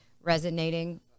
resonating